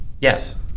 Yes